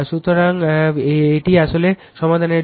সুতরাং এটি আসলে সমাধানের জন্য